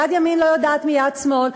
יד ימין לא יודעת מיד שמאל,